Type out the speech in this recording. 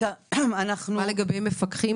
הוספתם מפקחים?